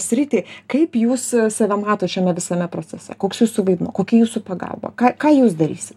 sritį kaip jūs save matot šiame visame procese koks jūsų vaidmuo kokia jūsų pagalba ką ką jūs darysit